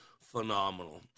phenomenal